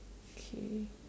K